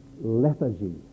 lethargy